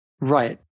Right